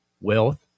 wealth